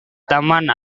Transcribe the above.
taman